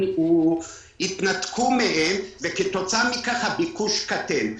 התנתק מהם וכתוצאה מכך הביקוש קטן.